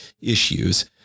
issues